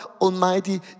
Almighty